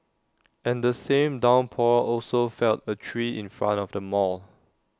and the same downpour also felled A tree in front of the mall